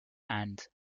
and